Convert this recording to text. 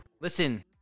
Listen